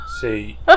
See